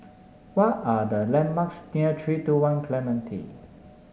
what are the landmarks near three two One Clementi